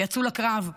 שיצאו לקרב,